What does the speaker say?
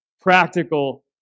practical